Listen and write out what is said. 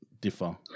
differ